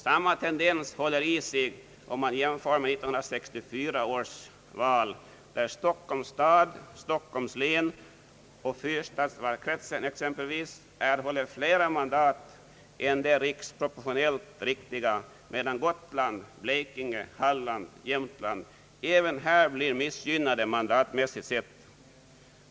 Samma tendens håller i sig om man jämför med 1964 års val, där Stockholm, Stockholms län och fyrstadskretsen exempelvis erhåller flera mandat än de riksproportionellt riktiga, medan Gotland, Blekinge, Halland och Jämtland även här blir missgynnade mandatmässigt sett.